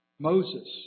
Moses